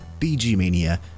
bgmania